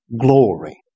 glory